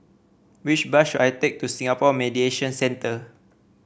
which bus should I take to Singapore Mediation Centre